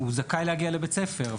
זכאי להגיע לבית ספר.